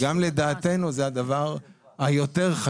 גם לדעתנו, זה הדבר היותר-חשוב,